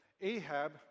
Ahab